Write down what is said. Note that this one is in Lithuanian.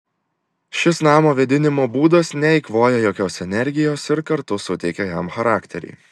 šis namo vėdinimo būdas neeikvoja jokios energijos ir kartu suteikia jam charakterį